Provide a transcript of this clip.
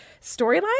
storyline